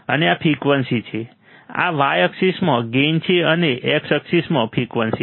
અને આ ફ્રિકવન્સી છે આ y એક્સિસમાં ગેઇન છે અને x એક્સિસમાં ફ્રિકવન્સી છે